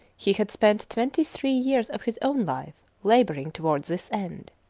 he had spent twenty-three years of his own life labouring toward this end.